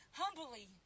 humbly